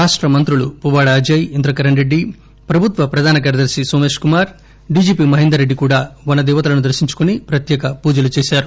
రాష్ట మంత్రులు పువ్వాడ అజయ్ ఇంద్రకరణ్ రెడ్డి ప్రభుత్వ ప్రధాన కార్యదర్శి నోమేశ్ కుమార్ డీజీపీ మహేందర్ రెడ్డి కూడా వనదేవతలను దర్పించుకుని ప్రత్యేక పూజలు చేశారు